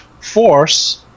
force